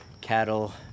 cattle